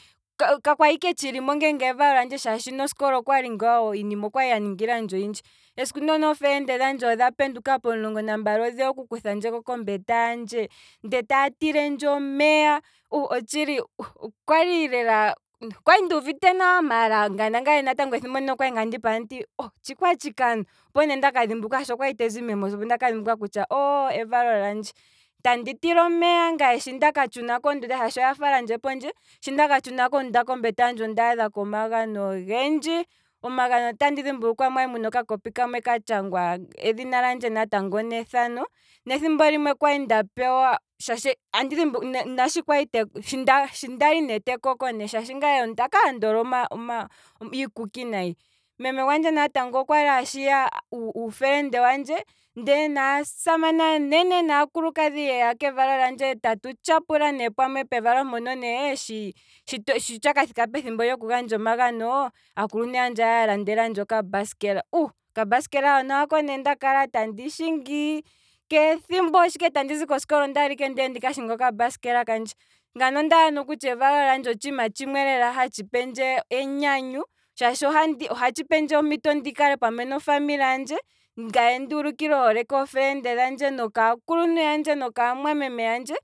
Ka kwali ike tdhilimo nge evalo lyandje shaashi nosikola iinima kwali ya ningilandje oyindji, esiku ndoka eefelene dhandje odha penduka pomulongo nambali odheya oku kuthandje kombete handje, ndee taa tilendje omeya, uh kwali lelka, kwali nduuvite nawa, maala nangaye ethimbo ndono okwali andi ipula kutya otshikwatshike ano, opo ne ndaka dhimbulukwa shaashi okwali tezi meemposi, opo ne ndaka dhimbulukwa kutya oooh, evalo lyandje, tandi tilwa omeya, shaashi shi ndaka tshuna mundunda shaashi okwali ya falandje pondje, shi ndaka tshuna mondunda pombete handje ondaadhapo omagano ogendji, omagano otandi dhimbulukwa mwali muna oka kopi kamwe katshangwa edhina landje natango nethano, nethimbo limwe kwali nda pewa, shi- shikwali shi ngaye ne tekoko ne, shaashi ngaye okwali ndi hole iikuki nayi, memegwandje natango okwali ashiya uufelende wandje, ndele naasamane aanene naakulukadhi yeya kevalo lyandje ndele tatu tyapula ne pamwe, pevalo mpono ne, shi tshaka thika pethimbo lyoku gandja omagano, aakuluntu yandje okwali ya landelandje okambasikela, uh, okambasikela hono oko nendakala tandi shingi, sha ndaza kosikola ondaala okuka shinga okambasikela kandje, ngano ondaala kutya evalo lyandje otshiima hatshi pendje enyanyu, shaashi ohatshi pendje ompito ndikale pamwe nofamily handje, nokuulu kilwa ohole keefelende dhandje nokaa mwameme yandje